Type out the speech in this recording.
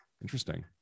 Interesting